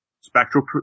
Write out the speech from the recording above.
Spectral